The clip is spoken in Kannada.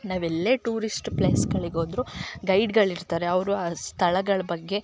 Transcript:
ನಾವೆಲ್ಲೇ ಟೂರಿಸ್ಟ್ ಪ್ಲೇಸ್ಗಳಿಗೆ ಹೋದ್ರು ಗೈಡ್ಗಳು ಇರ್ತಾರೆ ಅವರು ಆ ಸ್ಥಳಗಳ ಬಗ್ಗೆ